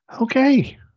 Okay